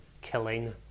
killing